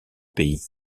pays